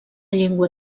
llengua